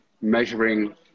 measuring –